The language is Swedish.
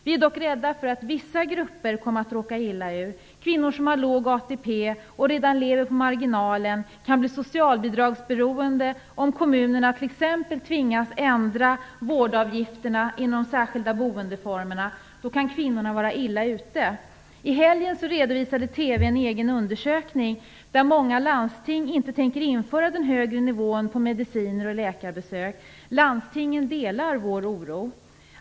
Vi är dock rädda för att vissa grupper råkar illa ut. Kvinnor som har låg ATP och som redan lever på marginalen kan bli socialbidragsberoende om kommunerna t.ex. tvingas ändra vårdavgifterna inom de särskilda boendeformerna. Då kan kvinnorna vara illa ute. I helgen redovisade TV en egen undersökning. Många landsting tänker inte införa den högre nivån för mediciner och läkarbesök. Landstingen delar vår oro.